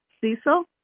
Cecil